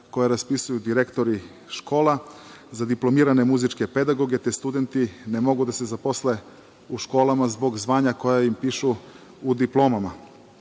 koje raspisuju direktori škola za diplomirane muzičke pedagoge, te studenti ne mogu da se zaposle u školama zbog zvanja koja im pišu u diplomama. Dalje,